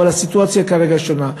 אבל הסיטואציה כרגע שונה,